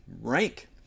rank